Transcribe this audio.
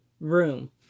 room